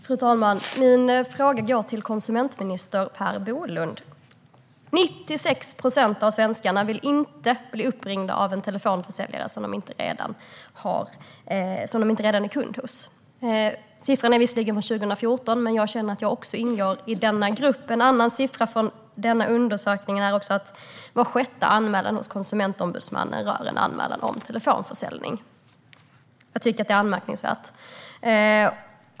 Fru talman! Min fråga går till konsumentminister Per Bolund. 96 procent av svenskarna vill inte bli uppringda av telefonförsäljare från företag som man inte redan är kund hos. Siffran är visserligen från 2014, men jag känner jag att jag också ingår i denna grupp. En annan siffra från denna undersökning är att var sjätte anmälan hos Konsumentombudsmannen rör telefonförsäljning. Jag tycker att detta är anmärkningsvärt.